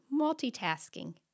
multitasking